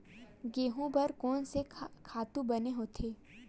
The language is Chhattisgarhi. गेहूं बर कोन से खातु बने होथे?